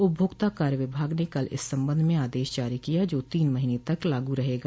उपभोक्ता कार्य विभाग ने कल इस संबंध में आदेश जारी किया जो तीन महीने तक लागू रहेगा